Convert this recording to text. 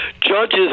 Judges